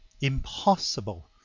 impossible